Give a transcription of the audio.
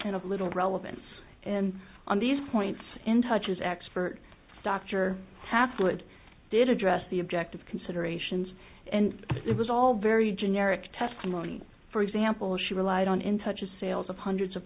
and of little relevance and on these points in touch as expert dr tablet did address the objective considerations and it was all very generic testimony for example she relied on in touch of sales of hundreds of